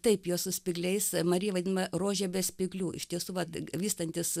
taip jos su spygliais marija vadinama rože be spyglių iš tiesų vat vystantis